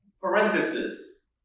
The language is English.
parenthesis